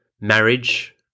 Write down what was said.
marriage